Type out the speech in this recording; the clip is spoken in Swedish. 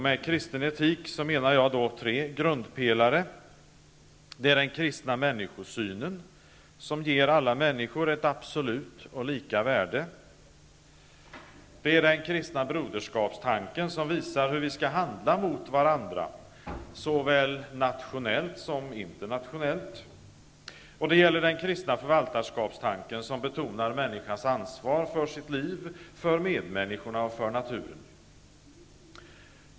Med kristen etik menar jag tre grundpelare: --den kristna människosynen, som ger alla människor ett absolut och lika värde, --den kristna broderskapstanken, som visar hur vi skall handla mot varandra såväl nationellt som internationellt och --den kristna förvaltarskapstanken, som betonar människans ansvar för sitt liv, för medmänniskorna och för naturen.